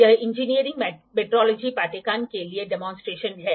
यह engineering metrology पाठ्यक्रम के लिए डेमोंसट्रेशन है